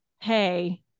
Hey